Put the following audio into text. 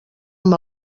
amb